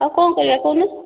ଆଉ କଣ କରିବା କହୁନ